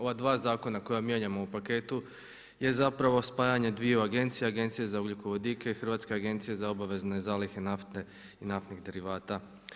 Ova zakona koja mijenjamo u paketu je zapravo spajanje dviju agencija, Agencija za ugljikovodike, Hrvatska agencija za obavezne zalihe nafte i naftnih derivata.